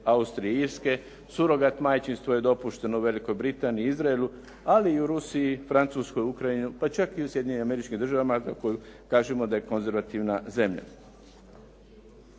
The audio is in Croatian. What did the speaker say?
Austrije i Irske. Surogat majčinstvo je dopušteno u Velikoj Britaniji i Izraelu, ali i u Rusiji, Francuskoj, Ukrajini pa čak i u Sjedinjenim Američkim Državama za koju kažemo da je konzervativna zemlja.